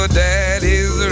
daddy's